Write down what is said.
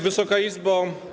Wysoka Izbo!